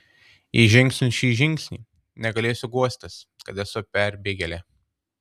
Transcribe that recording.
jei žengsiu šį žingsnį negalėsiu guostis kad esu perbėgėlė